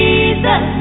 Jesus